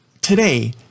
today